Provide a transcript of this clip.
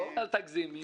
אל תגזימי.